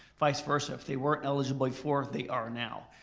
vice versa, if they weren't eligible before they are now.